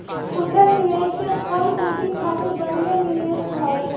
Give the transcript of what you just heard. खुदरा निवेशक कम पूंजी खातिर बढ़िया निवेश हवे